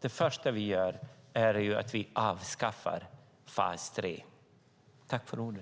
det första vi gör vara att avskaffa fas 3.